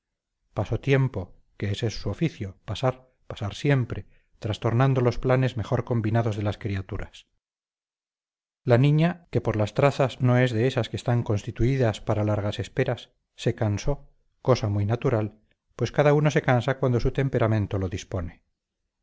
pasó tiempo que ese es su oficio pasar pasar siempre trastornando los planes mejor combinados de las criaturas la niña que por las trazas no es de esas que están constituidas para largas esperas se cansó cosa muy natural pues cada uno se cansa cuando su temperamento lo dispone